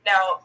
Now